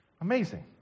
Amazing